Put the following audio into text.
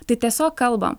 tai tiesiog kalbam